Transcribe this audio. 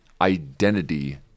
identity